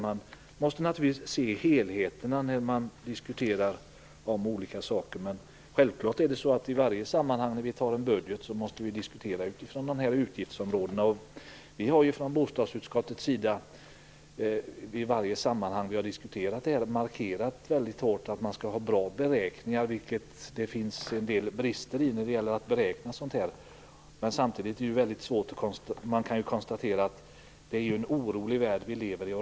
Man måste naturligtvis se helheten när man diskuterar olika saker, men självfallet måste vi i varje sammanhang när vi skall besluta om en budget diskutera utifrån dessa utgiftsområden. Vi har från bostadsutskottets sida i alla sammanhang hårt markerat att man skall ha bra beräkningar. Det finns en del brister i beräkningen av sådant här. Samtidigt kan man konstatera att vi lever i en orolig värld.